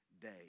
day